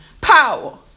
power